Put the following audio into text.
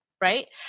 right